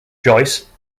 joyce